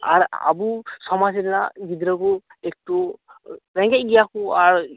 ᱟᱨ ᱟᱵᱚ ᱥᱚᱢᱟᱡᱽ ᱨᱮᱱᱟᱜ ᱜᱤᱫᱽᱨᱟᱹ ᱠᱚ ᱮᱠᱴᱩ ᱨᱮᱸᱜᱮᱡ ᱜᱮᱭᱟ ᱠᱚ ᱟᱨ